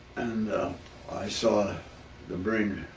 and i saw the brig